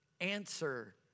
answer